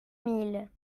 miles